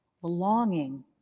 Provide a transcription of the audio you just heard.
belonging